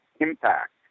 impact